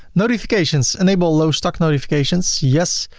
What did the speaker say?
notifications enable low stock notifications yes.